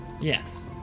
Yes